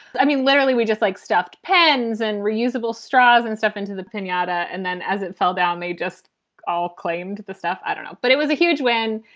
i mean, literally, we just like stuffed pens and reusable straws and stuff into the pinata. and then as it fell down, they just all claimed the stuff. i don't know. but it was a huge win.